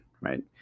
right